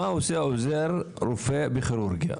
מה עושה עוזר רופא בכירורגיה?